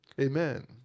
Amen